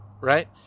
right